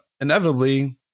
inevitably